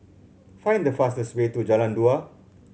find the fastest way to Jalan Dua